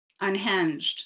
unhinged